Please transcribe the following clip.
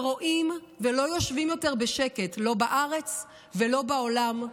ורואים ולא יושבים יותר בשקט, לא בארץ ולא בעולם.